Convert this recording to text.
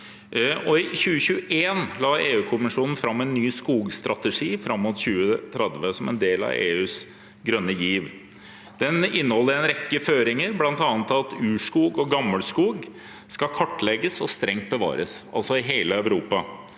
I 2021 la EU-kommisjonen fram en ny skogstrategi fram mot 2030 som en del av EUs grønne giv. Den inneholder en rekke føringer, bl.a. at urskog og gammelskog skal kartlegges og strengt bevares, altså i hele Europa.